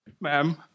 Ma'am